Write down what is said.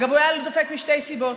אגב, הוא היה דופק משתי סיבות: